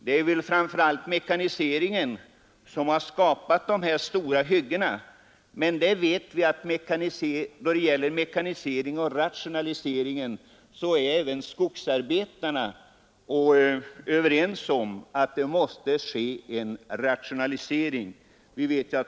Det är denna som skapat de stora hyggena, men även skogsarbetarna medger att rationalisering och mekanisering är nödvändiga.